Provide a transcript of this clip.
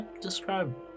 Describe